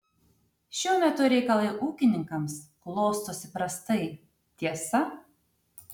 šiuo metu reikalai ūkininkams klostosi prastai tiesa